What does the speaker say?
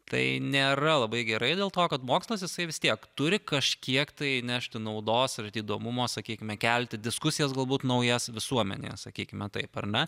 tai nėra labai gerai dėl to kad mokslas jisai vis tiek turi kažkiek tai nešti naudos ar įdomumo sakykime kelti diskusijas galbūt naujas visuomenėje sakykime taip ar ne